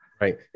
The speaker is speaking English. Right